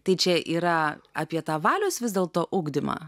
tai čia yra apie tą valios vis dėlto ugdymą